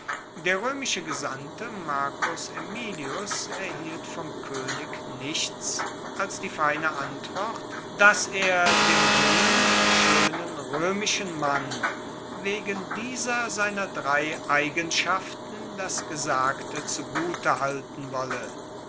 der roemische gesandte marcus aemilius erhielt vom koenig nichts als die feine antwort dass er dem jungen schoenen roemischen mann wegen dieser seiner drei eigenschaften das gesagte zugute halten wolle